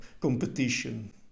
competition